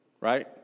right